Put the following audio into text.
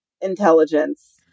intelligence